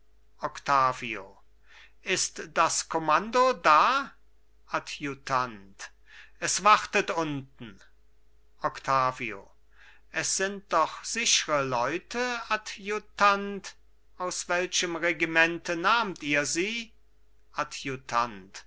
ist das kommando da adjutant es wartet unten octavio es sind doch sichre leute adjutant aus welchem regimente nahmt ihr sie